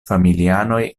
familianoj